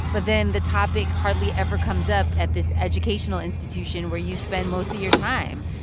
but then the topic hardly ever comes up at this educational institution where you spend most of your time.